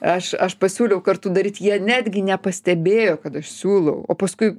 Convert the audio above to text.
aš aš pasiūliau kartu daryt jie netgi nepastebėjo kad aš siūlau o paskui